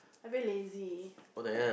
I very lazy